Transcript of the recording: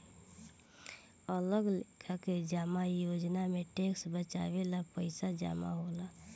अलग लेखा के जमा योजना में टैक्स बचावे ला पईसा जमा होला